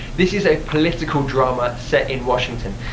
this is a political drama set in washington.